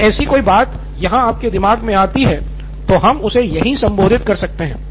यदि ऐसी कोई बात यहाँ आपके दिमाग मे आती है तो हम उन्हें यहीं संबोधित कर सकते हैं